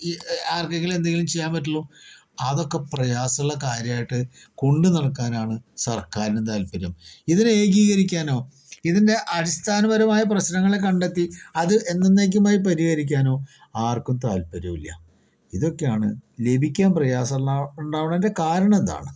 ഈ ആർക്കെങ്കിലും എന്തെങ്കിലും ചെയ്യാൻ പറ്റു അതൊക്കെ പ്രയാസമുള്ള കാര്യമായിട്ട് കൊണ്ട് നടക്കാനാണ് സർക്കാരിന് താല്പര്യം ഇതിനെ ഏകീകരിക്കാനോ ഇതിൻ്റെ അടിസ്ഥാനപരമായ പ്രശ്നങ്ങൾ കണ്ടെത്തി അത് എന്നെന്നേക്കുമായി പരിഹരിക്കാനൊ ആർക്കും താല്പര്യോം ഇല്ല ഇതൊക്കെയാണ് ജീവിക്കാൻ പ്രയാസമുള്ള ഉണ്ടാകേണ്ട കാരണവും ഇതാണ്